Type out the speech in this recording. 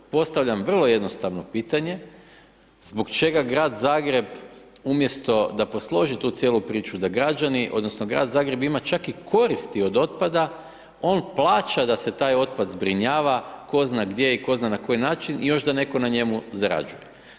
Postavljam vrlo jednostavno pitanje zbog čega Grad Zagreb umjesto da posloži tu cijelu priču, da građani odnosno Grad Zagreb ima čak i koristi od otpada, on plaća da se taj otpad zbrinjava, tko zna gdje i tko zna na koji način i još da netko na njemu zarađuje.